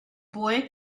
boy